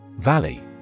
Valley